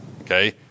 Okay